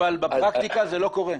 אבל בפרקטיקה זה לא קורה.